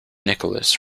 nicholas